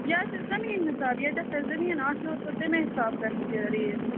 یہِ حظ چھِ زٔمیٖن حِساب ییٚتٮ۪تھ تۄہہِ زٔمیٖن آسیو تہٕ تٔمی حِسابہٕ گژھِ یہِ ریٹ